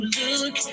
look